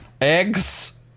eggs